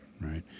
right